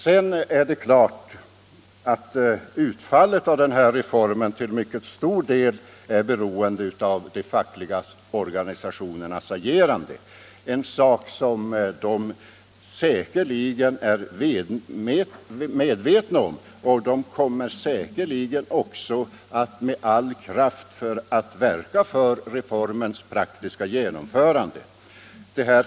Sedan är det klart att utfallet av den här reformen till mycket stor del är beroende av de fackliga organisationernas agerande, en sak som de är medvetna om. De kommer säkerligen också att med all kraft verka för reformens praktiska genomförande.